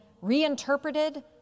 reinterpreted